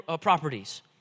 properties